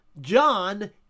John